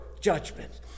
judgment